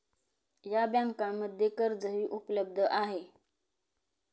या बँकांमध्ये कर्जही उपलब्ध आहे